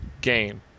game